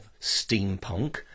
steampunk